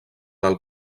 del